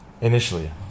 initially